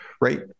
right